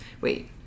Wait